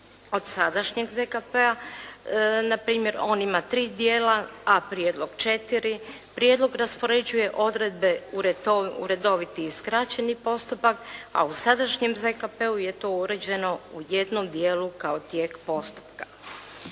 od sadašnjeg ZKP-a. Na primjer, on ima tri dijela a prijedlog četiri, prijedlog raspoređuje odredbe u redoviti i skraćeni postupak a u sadašnjem ZKP-u je to uređeno u jednom dijelu kao tijek postupka.